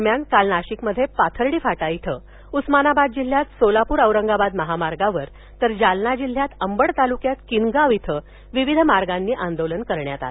दरम्यान काल नाशिकमध्ये पाथर्डी फाटा इथं उस्मानाबाद जिल्ह्यात सोलापूर औरंगाबाद महामार्गावर तर जालना जिल्ह्यात अंबड तालुक्यात किनगाव इंथ विविध मार्गांनी आंदोलन करण्यात आलं